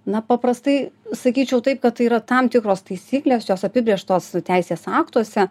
na paprastai sakyčiau taip kad tai yra tam tikros taisyklės jos apibrėžtos teisės aktuose